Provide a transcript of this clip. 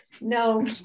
no